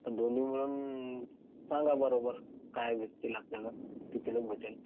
तर दोन्ही मिळून सांगा बरोबर काय भेटतील आपल्याला कितीला भेटेल